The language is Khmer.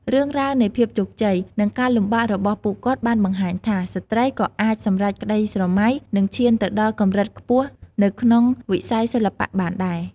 រឿងរ៉ាវនៃភាពជោគជ័យ និងការលំបាករបស់ពួកគាត់បានបង្ហាញថា ស្ត្រីក៏អាចសម្រេចក្ដីស្រមៃ និងឈានទៅដល់កម្រិតខ្ពស់នៅក្នុងវិស័យសិល្បៈបានដែរ។